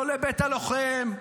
לא לבית הלוחם,